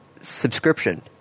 subscription